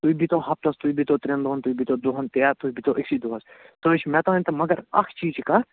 تُہۍ بیٚہِی تَو ہفتَس تُہۍ بیٚہِی تَو ترٛیٚن دۄہَن تُہۍ بیٚہِی تَو دۄہَن یا تُہۍ بیٚہِی تَو أکسٕے دۄہَس سُہ حظ چھِ مےٚ تانۍ تہٕ مگر اَکھ چیٖز چھِ کَتھ